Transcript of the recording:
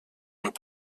und